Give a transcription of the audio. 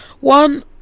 one